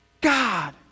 God